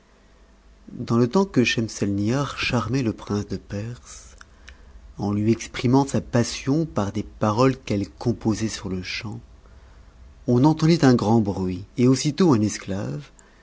dans le temps que schemselnibar charmait le prince de perse en lui exprimant sa passion par des paroles qu'elle conposait sur-le-champ on entendit un grand bruit et aussitôt un esclave